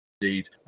indeed